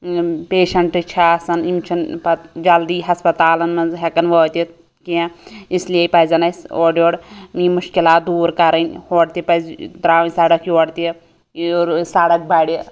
patient چھِ آسان یم چھِ نہٕ پَتہٕ جلدی ہَسپَتالَن مَنٛز ہٮ۪کان وٲتِتھ کیٚنٛہہ اسلیے پَزٮ۪ن اَسہِ اورٕ یورٕ یِم مُشکِلات دور کَرٕنۍ ہورٕ تہِ پَزِ ترٛاوٕنۍ سَڑَک یورٕ تہِ یورٕ سَڑَک بَڈِ